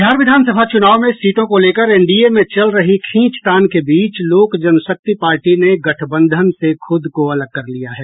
बिहार विधानसभा चुनाव में सीटों को लेकर एनडीए में चल रही खींचतान के बीच लोक जनशक्ति पार्टी ने गठबंधन से खुद को अलग कर लिया है